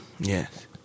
Yes